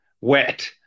wet